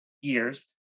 years